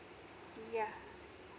yeah